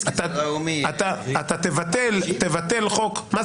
אתה תבטל חוק --- קוונטינסקי זה לא ההוא מדירה שלישית?